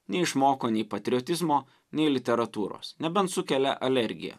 neišmoko nei patriotizmo nei literatūros nebent sukelia alergiją